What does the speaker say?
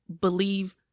believe